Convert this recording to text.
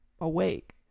awake